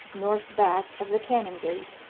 north back of the canongate,